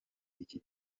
iki